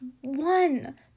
one